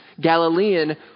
Galilean